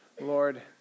Lord